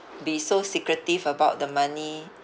be so secretive about the money